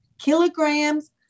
kilograms